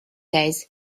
days